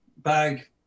bag